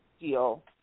deal